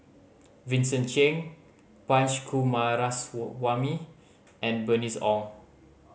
Vincent Cheng Punch Coomaraswamy and Bernice Ong